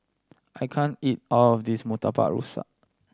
I can't eat all of this Murtabak Rusa